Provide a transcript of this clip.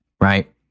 Right